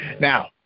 Now